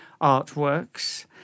artworks